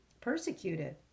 persecuted